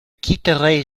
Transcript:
quitterai